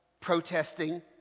protesting